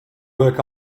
work